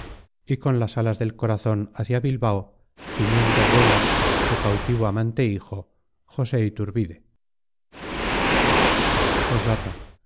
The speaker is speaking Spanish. y con las alas del corazón hacia bilbao gimiendo vuela su cautivo amante hijo josé iturbide